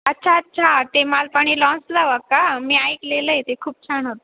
अच्छा अच्छा ते मालपाणी लॉन्सला वा का मी ऐकलेलं आहे ते खूप छान होतं